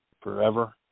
forever